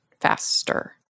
faster